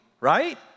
right